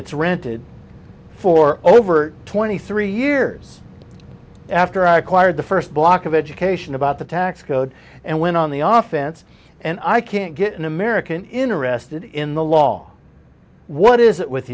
it's rented for over twenty three years after i acquired the first block of education about the tax code and went on the office and i can't get an american interested in the law what is it with